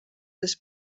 les